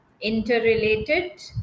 interrelated